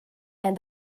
and